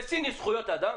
בסין יש זכויות אדם?